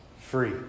free